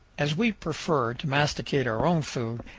as we prefer to masticate our own food,